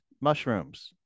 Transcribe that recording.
mushrooms